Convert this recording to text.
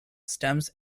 stems